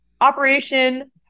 Operation